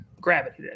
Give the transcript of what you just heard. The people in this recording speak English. Gravity